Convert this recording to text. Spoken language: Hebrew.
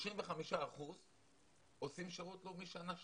35% עושים שירות לאומי שנה שנייה,